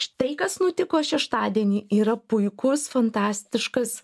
štai kas nutiko šeštadienį yra puikus fantastiškas